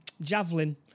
javelin